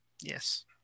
Yes